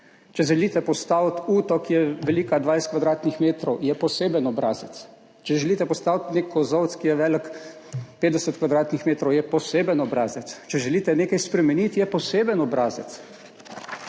Če želite postaviti uto, ki je velika 20 kvadratnih metrov, je poseben obrazec. Če želite postaviti nek kozolec, ki je velik 50 kvadratnih metrov, je poseben obrazec. Če želite nekaj spremeniti, je poseben obrazec.